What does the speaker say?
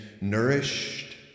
nourished